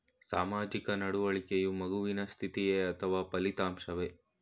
ಸಾಮಾಜಿಕ ನಡವಳಿಕೆಯು ಮಗುವಿನ ಸ್ಥಿತಿಯೇ ಅಥವಾ ಫಲಿತಾಂಶವೇ?